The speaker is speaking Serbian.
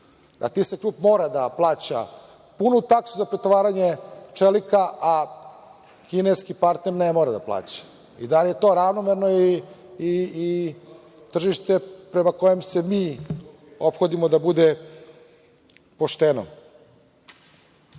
A, TIS-a klub mora da plaća punu taksu za pretovaranje čelika a kineski partner ne mora da plaća. Da li je to ravnomerno i tržište prema kojem se mi ophodimo da bude pošteno? Za